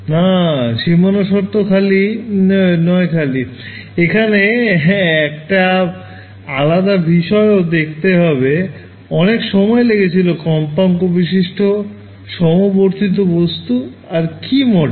না সীমানা শর্ত নয় খালি এখানে একটা আলাদা বিষয় ও দেখতে হবে অনেক সময় লেগেছিল কম্পাঙ্ক বিশিষ্ট সমবর্তিত বস্তু আর কি মডেল